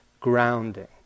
grounding